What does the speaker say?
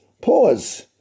pause